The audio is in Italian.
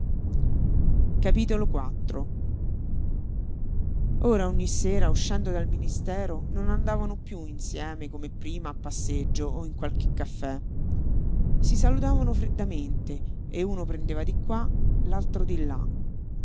dirglielo tranquillissima ora ogni sera uscendo dal ministero non andavano piú insieme come prima a passeggio o in qualche caffè si salutavano freddamente e uno prendeva di qua l'altro di là